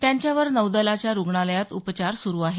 त्यांच्यावर नौदलाच्या रुग्णालयात उपचार सुरू आहेत